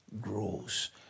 grows